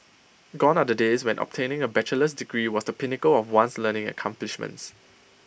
gone are the days when obtaining A bachelor's degree was the pinnacle of one's learning accomplishments